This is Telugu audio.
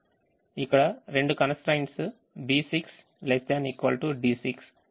ఇక్కడ రెండు constraints B6 ≤ D6 మరియు B7 ≤ D7